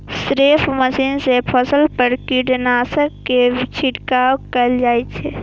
spray machine सं फसल पर कीटनाशक के छिड़काव कैल जाइ छै